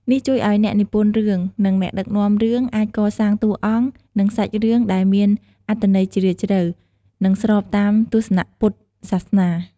នេះជួយឲ្យអ្នកនិពន្ធរឿង និងអ្នកដឹកនាំរឿងអាចកសាងតួអង្គ និងសាច់រឿងដែលមានអត្ថន័យជ្រាលជ្រៅ និងស្របតាមទស្សនៈពុទ្ធសាសនា។